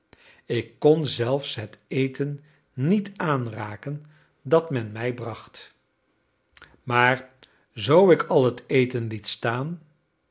ik kon zelfs het eten niet aanraken dat men mij bracht maar zoo ik al het eten liet staan